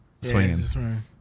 swinging